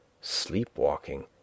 sleepwalking